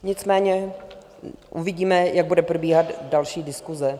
Nicméně uvidíme, jak bude probíhat další diskuse.